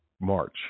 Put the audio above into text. March